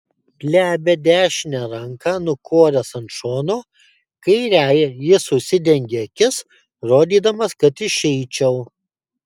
glebią dešinę ranką nukoręs ant šono kairiąja jis užsidengė akis rodydamas kad išeičiau